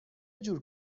جور